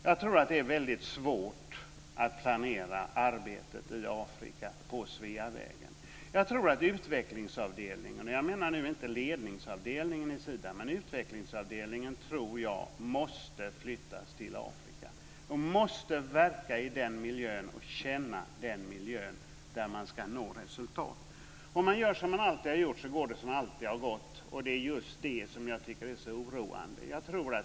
Jag tror att det är väldigt svårt att planera arbetet i Afrika på Sveavägen. Utvecklingsavdelningen - och jag menar nu inte ledningen - måste nog flyttas till Afrika. Man måste verka i den miljön där man ska nå resultat. Om man gör som man alltid har gjort går det som det alltid har gått, och det är just det som är så oroande.